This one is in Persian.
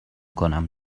کنم